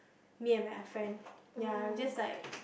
me and my friend ya we were just like